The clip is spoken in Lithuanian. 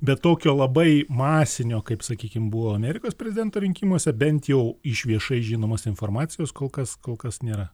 bet tokio labai masinio kaip sakykim buvo amerikos prezidento rinkimuose bent jau iš viešai žinomos informacijos kol kas kol kas nėra